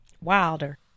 Wilder